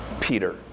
Peter